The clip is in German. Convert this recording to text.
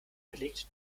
belegt